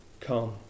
come